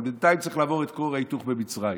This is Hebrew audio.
אבל בינתיים צריך לעבור את כור ההיתוך במצרים,